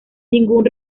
ningún